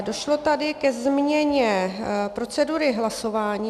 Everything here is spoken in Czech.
Došlo tady ke změně procedury hlasování.